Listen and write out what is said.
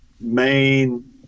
main